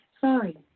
Sorry